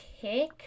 kick